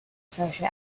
social